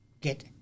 get